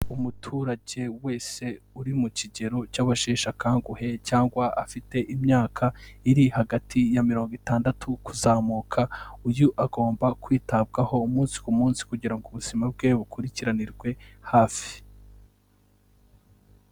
Umuturage wese uri mu kigero cy'abasheshe akanguhe cyangwa afite imyaka iri hagati ya mirongo itandatu kuzamuka, uyu agomba kwitabwaho umunsi ku munsi kugira ngo ubuzima bwe bukurikiranirwe hafi.